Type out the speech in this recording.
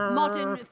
modern